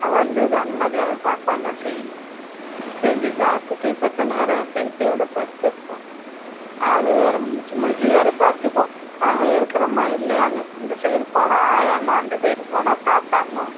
வந்துதான் நான் மத்தியானம் சாப்பாடெல்லாம் செய்யணும் செஞ்சு சாப்பிட்டுட்டு செத்த நேரம் என் பேத்தியோடு படுத்திருப்போம் அது வேறு முழிச்சி முழிச்சி வேறு பார்த்துக்கும் நாங்கள் இருக்கிறோமா இல்லையான்னு இந்த சைடு போனால் ஆயான்னும் அந்த சைடு போனால் தாத்தான்னும்